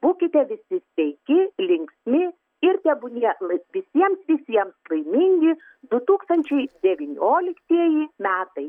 būkite visi sveiki linksmi ir tebūnie lai visiems visiems laimingi du tūkstančiai devynioliktieji metai